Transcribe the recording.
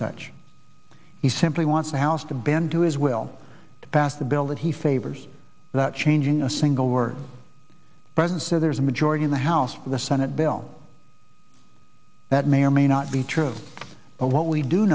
such he simply wants the house to bend to his will to pass the bill that he favors that changing a single word present so there's a majority in the house the senate bill that may or may not be true but what we do